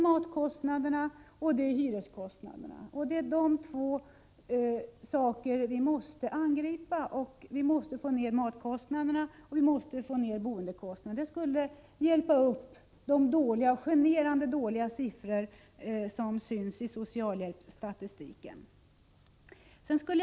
Matkostnaderna och hyreskostnaderna är de två saker som vi måste angripa. Vi måste alltså få ned matoch boendekostnaderna. Det skulle hjälpa upp de generande dåliga siffror som socialhjälpsstatistiken visar.